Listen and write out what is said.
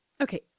Okay